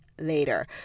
later